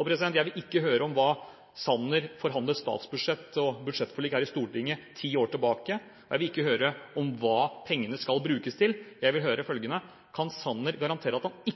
Og jeg vil ikke høre om hvordan Sanner forhandlet statsbudsjett eller om budsjettforlik her i Stortinget ti år tilbake. Jeg vil ikke høre om hva pengene skal brukes til. Jeg vil ha svar på følgende: Kan Sanner garantere at han